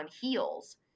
heels